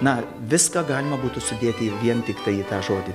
na viską galima būtų sudėti vien tiktai į tą žodį